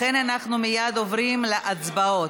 לכן אנחנו מייד עוברים להצבעות.